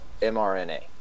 mRNA